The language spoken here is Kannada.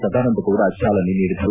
ಸದಾನಂದ ಗೌಡ ಚಾಲನೆ ನೀಡಿದರು